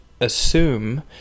assume